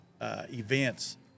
events –